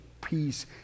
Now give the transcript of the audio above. peace